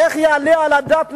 איך יעלה על הדעת,